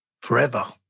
Forever